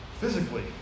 physically